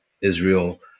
Israel